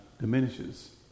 diminishes